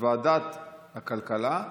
ועדת הכלכלה,